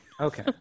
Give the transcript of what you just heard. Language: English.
Okay